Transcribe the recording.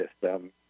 system